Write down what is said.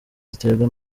ziterwa